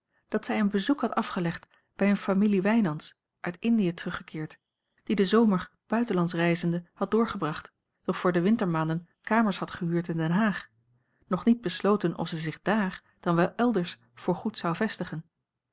dat zij een bezoek had afgelegd bij eene familie wijnands uit indië teruggekeerd die den zomer buitenlands reizende had doorgebracht doch voor de wintermaanden kamers had gehuurd in den haag nog niet besloten of zij zich dààr dan wel elders voorgoed zou vestigen